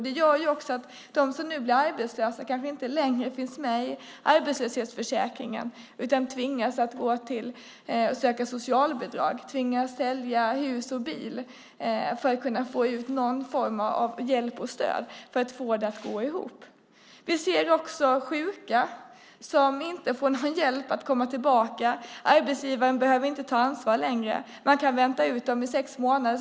Det gör också att de som nu blir arbetslösa kanske inte längre finns med i arbetslöshetsförsäkringen utan tvingas att söka socialbidrag, tvingas sälja hus och bil för att kunna få någon form av hjälp och stöd för att få det att gå ihop. Vi ser också sjuka som inte får någon hjälp att komma tillbaka. Arbetsgivaren behöver inte ta ansvar längre. Man kan vänta ut dem i sex månader.